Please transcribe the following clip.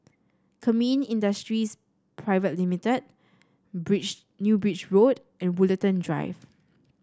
Kemin Industries Pte Limited Bridge New Bridge Road and Woollerton Drive